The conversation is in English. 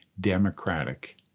democratic